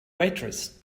waitress